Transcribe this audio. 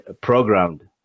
programmed